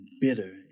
bitter